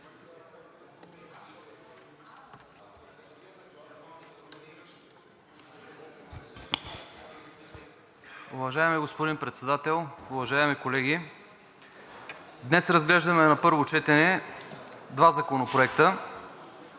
Днес разглеждаме на първо четене два законопроекта,